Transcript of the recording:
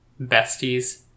besties